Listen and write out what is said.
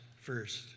first